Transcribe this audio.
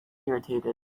irritated